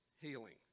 healing